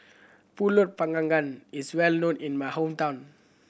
Pulut Panggang gang is well known in my hometown